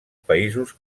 països